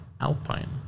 Alpine